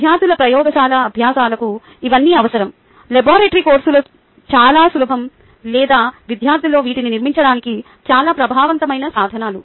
విద్యార్థుల ప్రయోగశాల అభ్యాసాలకు ఇవన్నీ అవసరం లాబరేటరీ కోర్సులు చాలా సులభం లేదా విద్యార్థులలో వీటిని నిర్మించడానికి చాలా ప్రభావవంతమైన సాధనాలు